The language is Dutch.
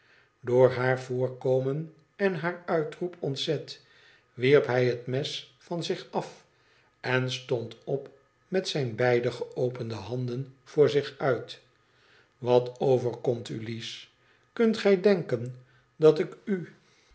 door haar voorkomen en haar uitroep ontzet wierp hij het mes van zich af en stond op met zijne beide geopende handen voor zich uit wat overkomt u lies kunt gij denken dat ik u